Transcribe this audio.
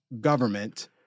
government